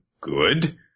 Good